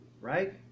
right